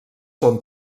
són